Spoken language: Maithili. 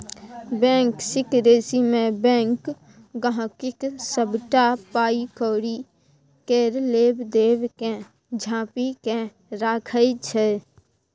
बैंक सिकरेसीमे बैंक गांहिकीक सबटा पाइ कौड़ी केर लेब देब केँ झांपि केँ राखय छै